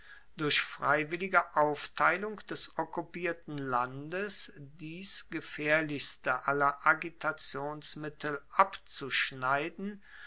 durch freiwillige aufteilung des okkupierten landes dies gefaehrlichste aller agitationsmittel abzuschneiden